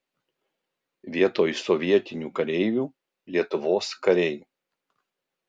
vietoj sovietinių kareivių lietuvos kariai